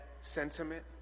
sentiment